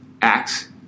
acts